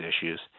issues